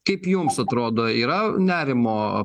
kaip jums atrodo yra nerimo